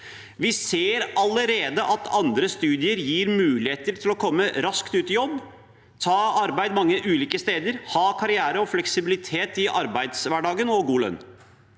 Vi ser allerede at andre studier gir muligheter til å komme raskt ut i jobb, ta arbeid mange ulike steder, ha karriere, fleksibilitet i arbeidshverdagen og god lønn.